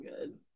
good